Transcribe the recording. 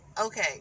okay